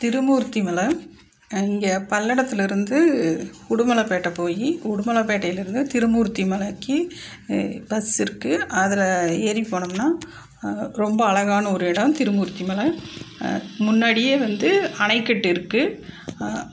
திருமூர்த்தி மலை இங்கே பல்லடத்திலேருந்து உடுமலைப்பேட்டை போய் உடுமலைப்பேட்டையிலேருந்து திருமூர்த்தி மலைக்கு பஸ் இருக்குது அதில் ஏறி போனோம்னால் ரொம்ப அழகான ஒரு இடம் திருமூர்த்தி மலை முன்னாடியே வந்து அணைக்கட்டு இருக்குது